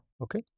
Okay